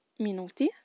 minuti